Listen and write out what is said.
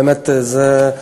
באמת, זה,